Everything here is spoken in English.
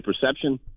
perception